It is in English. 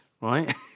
right